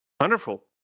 Wonderful